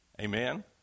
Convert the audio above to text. Amen